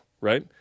right